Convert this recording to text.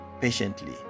patiently